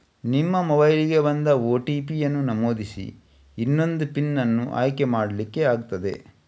ನಿಮ್ಮ ಮೊಬೈಲಿಗೆ ಬಂದ ಓ.ಟಿ.ಪಿ ಅನ್ನು ನಮೂದಿಸಿ ಇನ್ನೊಂದು ಪಿನ್ ಅನ್ನು ಆಯ್ಕೆ ಮಾಡ್ಲಿಕ್ಕೆ ಆಗ್ತದೆ